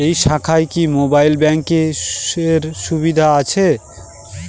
এই শাখায় কি মোবাইল ব্যাঙ্কের সুবিধা আছে?